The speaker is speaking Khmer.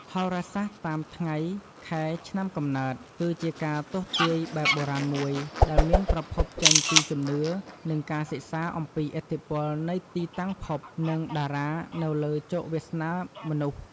ហោរាសាស្ត្រតាមថ្ងៃខែឆ្នាំកំណើត គឺជាការទស្សន៍ទាយបែបបុរាណមួយ ដែលមានប្រភពចេញពីជំនឿ និងការសិក្សាអំពីឥទ្ធិពលនៃទីតាំងភព និងតារានៅលើជោគវាសនាមនុស្ស។